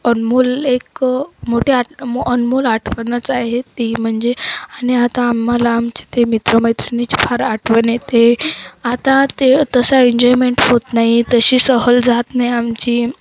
अनमोल एक मोठी आठ अनमोल आठवणच आहे ती म्हणजे आणि आता आम्हाला आमचे ते मित्र मैत्रिणीचे फार आठवण येते आता ते तसा एन्जॉयमेंट होत नाही तशी सहल जात नाही आमची